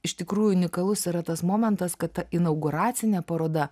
iš tikrųjų unikalus yra tas momentas kad ta inauguracinė paroda